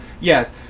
yes